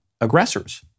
aggressors